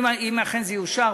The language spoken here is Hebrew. אם אכן זה יאושר,